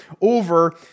over